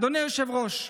אדוני היושב-ראש,